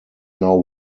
now